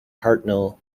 hartnell